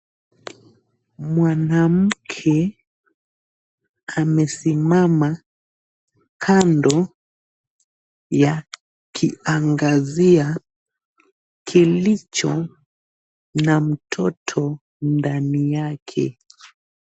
Mwanamke amesimama kando ya kiangazia kilicho na mtoto ndani yake.